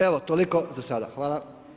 Evo toliko za sada, hvala.